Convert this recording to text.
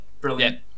brilliant